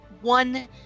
one